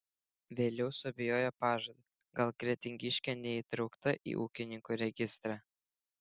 vėliau suabejojo pažadu gal kretingiškė neįtraukta į ūkininkų registrą